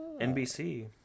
NBC